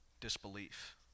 disbelief